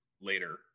later